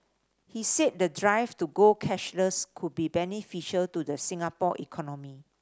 he said the drive to go cashless could be beneficial to the Singapore economy